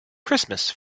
christmas